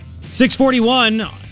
641